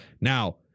Now